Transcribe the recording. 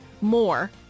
more